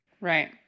right